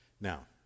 Now